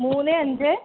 മൂന്ന് അഞ്ച്